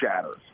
shatters